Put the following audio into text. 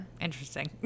interesting